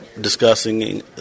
discussing